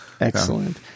Excellent